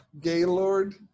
Gaylord